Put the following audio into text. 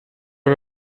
did